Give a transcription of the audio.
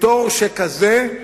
בתור שכזה,